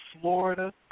Florida